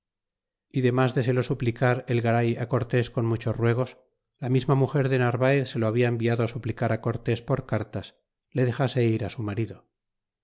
y demas de se lo suplicar el garay cortes con muchos ruegos la misma muger de narvaez se lo habla enviado suplicar cortés por cartas le dexase ir su marido